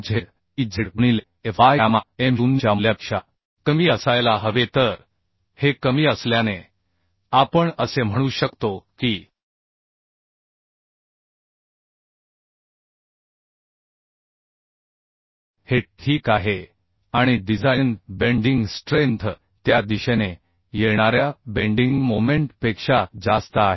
2zezगुणिले f by gamma m0 च्या मूल्यापेक्षाकमी असायला हवे तर हे कमी असल्याने आपण असे म्हणू शकतो की हे ठीक आहे आणि डिझाइन बेण्डिंग स्ट्रेंथ त्या दिशेने येणाऱ्या बेंडिंग मोमेंट पेक्षा जास्त आहे